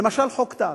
למשל, חוק טל.